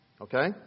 Okay